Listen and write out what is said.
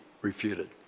refuted